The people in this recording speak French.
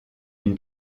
une